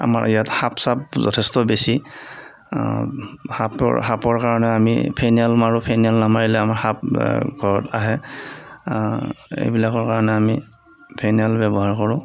আমাৰ ইয়াত সাপ চাপ যথেষ্ট বেছি সাপৰ সাপৰ কাৰণে আমি ফেনাইল মাৰো ফেনাইল নামাৰিলে আমাৰ সাপ ঘৰত আহে এইবিলাকৰ কাৰণে আমি ফেনাইল ব্যৱহাৰ কৰোঁ